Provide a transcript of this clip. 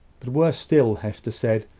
but worse still, hester said,